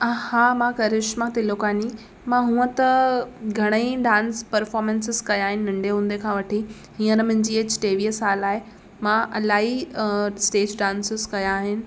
हा मां करिशमा तिलोकानी मां हूंअ त घणई डांस पर्फ़ोर्मेंसिस कया आहिनि नंढे हूंदे खां वठी हीअंर मुंहिंजी ऐज टेवीह साल आहे मां इलाही स्टेज डांसिस कया आहिनि